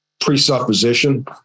presupposition